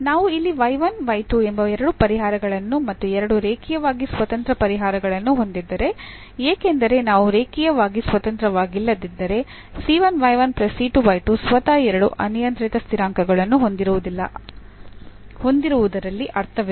ನಾವು ಇಲ್ಲಿ ಎಂಬ ಎರಡು ಪರಿಹಾರಗಳನ್ನು ಮತ್ತು ಎರಡು ರೇಖೀಯವಾಗಿ ಸ್ವತಂತ್ರ ಪರಿಹಾರಗಳನ್ನು ಹೊಂದಿದ್ದರೆ ಏಕೆಂದರೆ ಅವು ರೇಖೀಯವಾಗಿ ಸ್ವತಂತ್ರವಾಗಿಲ್ಲದಿದ್ದರೆ ಸ್ವತಃ ಎರಡು ಅನಿಯಂತ್ರಿತ ಸ್ಥಿರಾಂಕಗಳನ್ನು ಹೊಂದಿರುವುದರಲ್ಲಿ ಅರ್ಥವಿಲ್ಲ